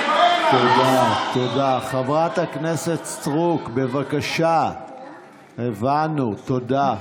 חברת הכנסת סטרוק, הבנו, תודה.